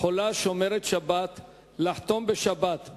חולה שומרת שבת לחתום בשבת,